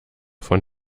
von